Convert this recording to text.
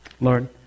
Lord